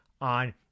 on